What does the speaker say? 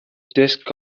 desk